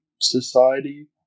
society